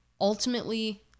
Ultimately